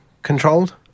Controlled